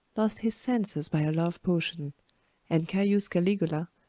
lost his senses by a love potion and caius caligula,